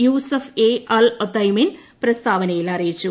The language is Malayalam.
യൂസഫ് എ അൽ ഒത്തൈമീൻ പ്രസ്താവനയിൽ അറിയിച്ചു